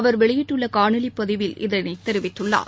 அவர் வெளியிட்டுள்ள காணொலி பதிவில் இதனைத் தெரிவித்துள்ளார்